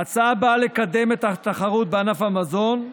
ההצעה באה לקדם את התחרות בענף המזון,